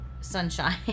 sunshine